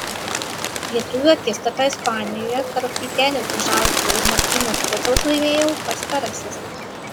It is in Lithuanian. lietuvių akistatą ispanijoje tarp vytenio čižausko ir martyno pociaus laimėjo pastarasis